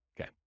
okay